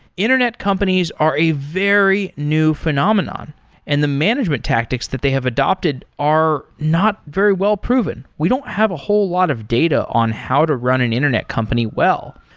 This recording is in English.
internet companies are a very new phenomenon and the management tactics that they have adopted are not very well proven. we don't have a whole lot of data on how to run an internet company well.